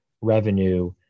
revenue